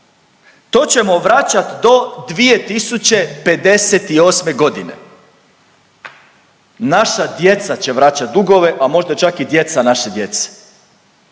To ćemo vraćat do 2058. godine, naša djeca će vraćat dugove, a možda čak i djeca naše djece.